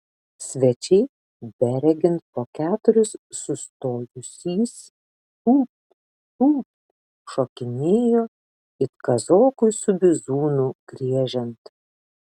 svečiai beregint po keturis sustojusys tūpt tūpt šokinėjo it kazokui su bizūnu griežiant